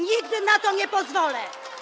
Nigdy na to nie pozwolę.